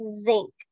zinc